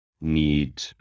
need